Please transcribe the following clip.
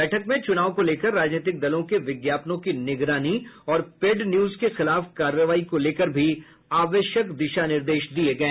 बैठक में चूनाव को लेकर राजनीतिक दलों के विज्ञापनों की निगरानी और पेड न्यूज के खिलाफ कार्रवाई को लेकर भी आवश्यक दिशा निर्देश दिये गये